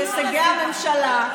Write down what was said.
הקראתי ארוכות את הישגי הממשלה.